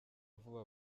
vuba